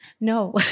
No